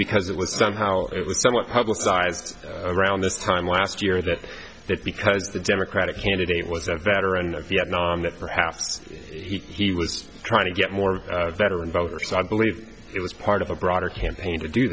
because it was somehow it was somewhat publicized around this time last year that that because the democratic candidate was a veteran of vietnam that perhaps he was trying to get more veteran voters i believe it was part of a broader campaign to do